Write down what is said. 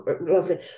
lovely